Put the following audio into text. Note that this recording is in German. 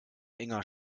enger